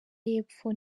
y’epfo